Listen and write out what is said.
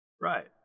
Right